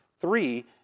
three